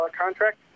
contract